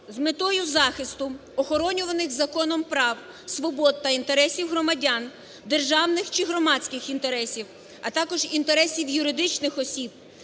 з метою захисту охоронюваних законом прав, свобод та інтересів громадян, державних чи громадських інтересів, а також інтересів юридичних осіб